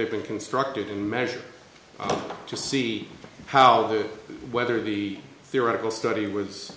they've been constructed and measure to see how whether the theoretical study was